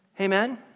Amen